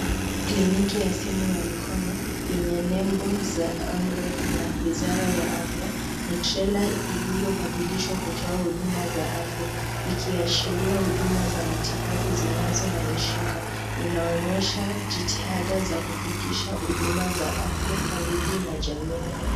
Kliniki ya simu ya mkono yenye nembo za Amref na wizara ya afya. Ni trela iliyobadilishwa kutoa huduma za afya ikiashiria huduma za matibabu zinazohamishika. Inaonyesha jitihada za kufikisha huduma za afya karibu na jamii.